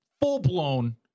full-blown